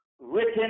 written